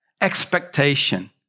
expectation